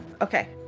okay